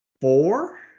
four